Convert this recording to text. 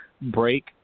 break